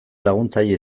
laguntzaile